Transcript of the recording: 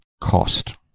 Cost